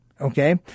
Okay